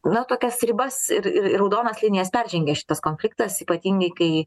nu tokias ribas ir ir ir raudonas linijas peržengė šitas konfliktas ypatingai kai